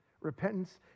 Repentance